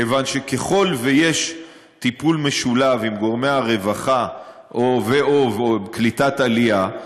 כיוון שככל שיש טיפול משולב עם גורמי הרווחה ו/או קליטת העלייה,